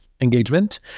engagement